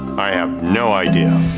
i have no idea.